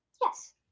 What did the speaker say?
Yes